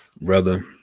brother